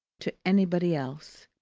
to anybody else.